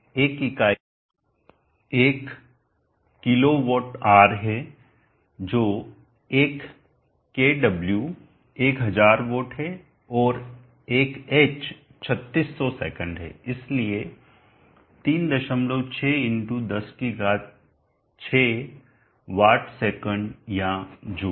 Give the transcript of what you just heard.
एक इकाई 1 kWh है जो 1 kW 1000W है और 1h 3600 सेकंड है इसलिए 36 × 106 वाट सेकंड या जूल